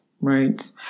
right